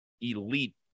elite